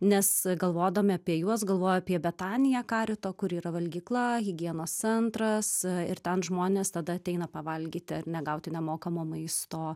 nes galvodami apie juos galvoju apie betaniją carito kur yra valgykla higienos centras ir ten žmonės tada ateina pavalgyti ar ne gauti nemokamo maisto